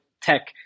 tech